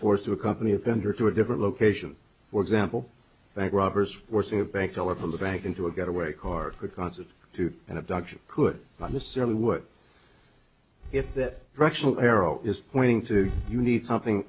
forced to accompany offender to a different location for example bank robbers forcing a bank teller from the bank into a getaway car because of too an abduction could miss early what if that directional arrow is pointing to you need something